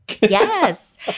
Yes